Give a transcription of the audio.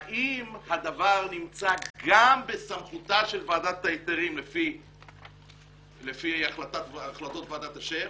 האם הדבר נמצא גם בסמכותה של ועדת ההיתרים לפי החלטות ועדת אשר,